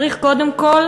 צריך קודם כול